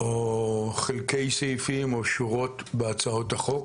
או חלקי סעיפים, או שורות בהצעות החוק,